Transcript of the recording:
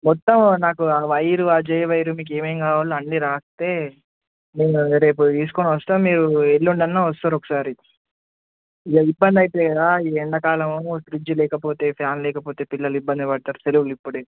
మొత్తం నాకు ఆ వైరు ఆ జే వైరు మీకు ఏమేమి కావాలో అన్నీ రాస్తే నేను అవి రేపు తీసుకొని వస్తాం మీరు ఎల్లుండి అన్న వస్తారు ఒకసారి ఇగ ఇబ్బంది అవుతుంది కదా ఈ ఎండాకాలము ఫ్రిడ్జ్ లేకపోతే ఫ్యాన్ లేకపోతే పిల్లలు ఇబ్బంది పడతారు సెలవులు ఇప్పుడే